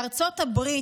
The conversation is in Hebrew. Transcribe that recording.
בארצות הברית,